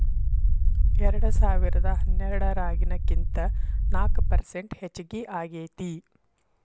ಎರೆಡಸಾವಿರದಾ ಹನ್ನೆರಡರಾಗಿನಕಿಂತ ನಾಕ ಪರಸೆಂಟ್ ಹೆಚಗಿ ಆಗೇತಿ